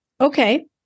Okay